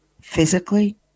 physically